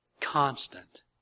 constant